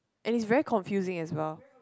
and it's very confusing as well